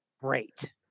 great